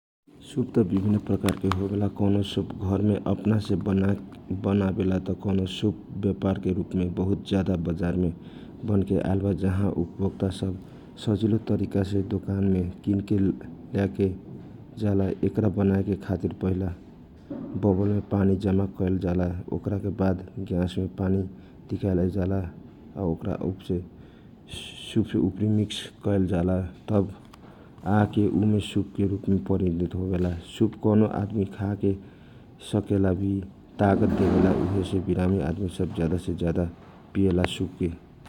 सुप त विभिनन प्रकारके होवेला कौनो सुप घरमे अपनासे बनावेला त कौनो सुप व्यापार के रूपमे आयलवा बहुत ज्यादा बजारमे बनके आयल बा जौन उपभोकता सब सजिलो तरिका से बजार मे छे किन सकेला एकरा बनाए खातीर बवल में पानी रखके गया समे धीकाके ओकरा में छुप राखेजाला त उ सुपके रूपमे परिनित होवेला सुप कौनो आदमी खासकेला ताकत के रूपमे लेवेजाला उहेसे विरामी आदमी एकारा के पोगरे प्रयोग कयल जाला ।